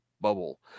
bubble